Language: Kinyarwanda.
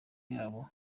yabo